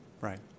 Right